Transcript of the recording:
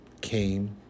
came